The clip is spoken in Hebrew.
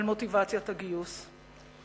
על מוטיבציית הגיוס.